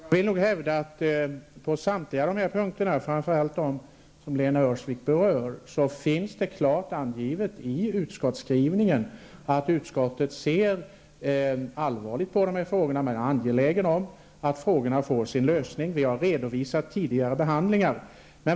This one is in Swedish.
Fru talman! Jag vill nog hävda att det på samtliga dessa punkter, framför allt de som Lena Öhrsvik berör, finns klart angivet i utskottsskrivningen att utskottet ser allvarligt på frågorna och att man är angelägen om att de får sin lösning. Vi har också redovisat tidigare behandlingar.